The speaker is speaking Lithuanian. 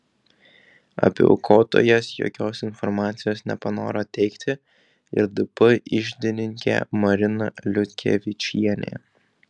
apie aukotojas jokios informacijos nepanoro teikti ir dp iždininkė marina liutkevičienė